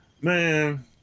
Man